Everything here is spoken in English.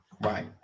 Right